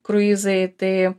kruizai tai